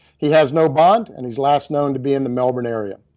he has no bond, and he's last known to be in the melbourne area.